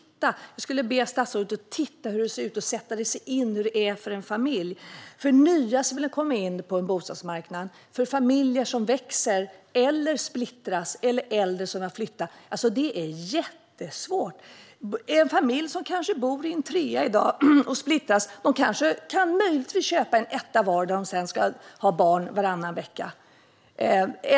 Jag skulle vilja be statsrådet att se hur det ser ut och sätta sig in i hur det är för en familj eller för nya som vill komma in på en bostadsmarknad. Det kan handla om familjer som växer eller splittras eller om äldre som vill flytta. Det här är jättesvårt. En familj som kanske bor i en trea i dag och splittras kan möjligtvis köpa var sin etta. Där ska de sedan ha hand om barnen varannan vecka.